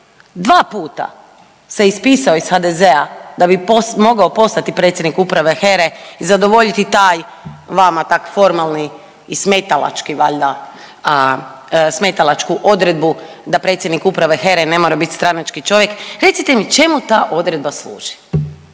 2 puta se ispisao iz HDZ-a da bi mogao postati predsjednik uprave HERE i zadovoljiti taj vama tak formalni i smetalački valjda, smetalačku odredbu da predsjednik uprave HERE ne mora biti stranački čovjek recite mi čemu ta odredba služi.